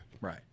Right